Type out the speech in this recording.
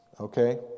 okay